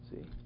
See